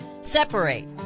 Separate